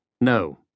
No